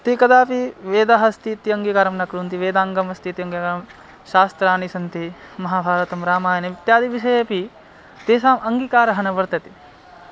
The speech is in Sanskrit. ते कदापि वेदः अस्ति इति अङ्गीकारं न कुर्वन्ति वेदाङ्गमस्ति इति अङ्गीकारं शास्त्राणि सन्ति महाभारतं रामायणम् इत्यादिविषयेपि तेषाम् अङ्गीकारः न वर्तते